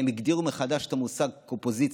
שהגדירו מחדש את המושג קופוזיציה,